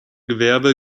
gewerbe